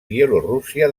bielorússia